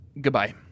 goodbye